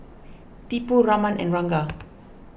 Tipu Raman and Ranga